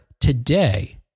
today